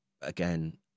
Again